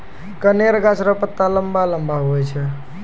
कनेर गाछ रो पत्ता लम्बा लम्बा हुवै छै